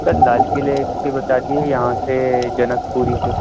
سر لال قلعے کے بتا دیجیے یہاں سے جنک پوری سے